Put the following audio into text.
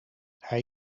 hij